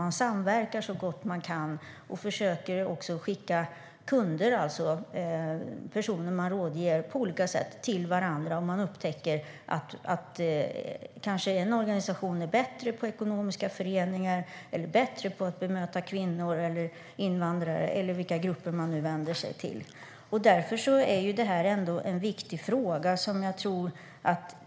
Man samverkar så gott man kan och försöker skicka kunder, alltså personer man ger rådgivning, till varandra. Man upptäcker kanske att en organisation är bättre på ekonomiska föreningar eller bättre på att bemöta kvinnor, invandrare eller andra grupper som man vänder sig till. Därför är detta en viktig fråga.